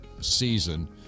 season